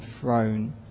throne